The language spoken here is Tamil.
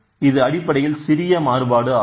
இது அடிப்படையில் சிறிய மாறுபாடாகும்